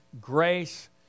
grace